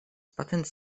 patents